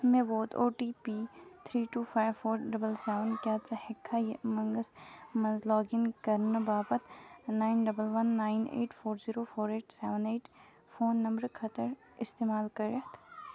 مےٚ ووت OTP three two five four double seven, کیٛاہ ژٕ ہیٛککھا یہِ اُمنٛگس مَنٛز لاگ اِن کرنہٕ باپتھ nine double one nine eight four zero four eight seven eight phone نمبرٕ خٲطرٕ استعمال کٔرِتھ؟